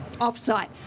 off-site